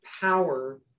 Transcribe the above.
power